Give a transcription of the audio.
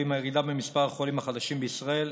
ועם הירידה במספר החולים החדשים בישראל,